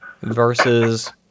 Versus